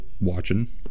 watching